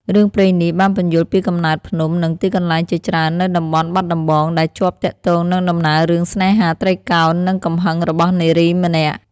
រឿងព្រេងនេះបានពន្យល់ពីកំណើតភ្នំ និងទីកន្លែងជាច្រើននៅតំបន់បាត់ដំបង ដែលជាប់ទាក់ទងនឹងដំណើររឿងស្នេហាត្រីកោណ និងកំហឹងរបស់នារីម្នាក់។